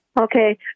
Okay